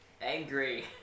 Angry